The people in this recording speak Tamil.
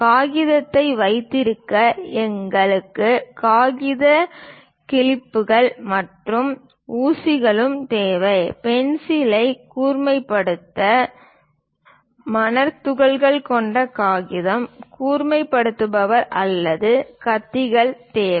காகிதத்தை வைத்திருக்க எங்களுக்கு காகித கிளிப்புகள் மற்றும் ஊசிகளும் தேவை பென்சிலைக் கூர்மைப்படுத்த மணர்த்துகள்கள் கொண்ட காகிதம் கூர்மைப்படுத்துபவர் அல்லது கத்திகள் தேவை